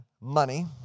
money